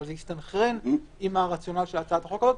אבל זה יסתנכרן עם הרציונל של הצעת החוק הזאת.